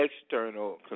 external